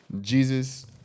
Jesus